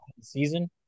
season